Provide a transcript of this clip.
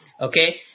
Okay